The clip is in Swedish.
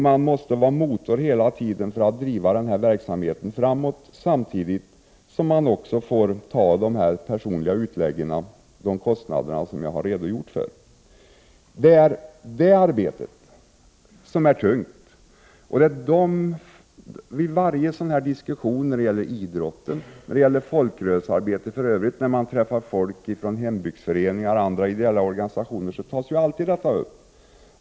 Man måste vara motor hela tiden för att driva verksamheten framåt, samtidigt som man också får stå för personliga utlägg, de kostnader som jag har redogjort för. Det arbetet är tungt. Vid varje sådan här diskussion när man träffar folk ifrån folkrörelserna — idrottsrörelser, hembygdsföreningar och andra ideella organisationer — tas alltid samma sak upp.